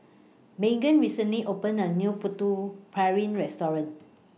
Meaghan recently opened A New Putu Piring Restaurant